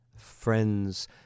friends